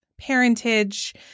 parentage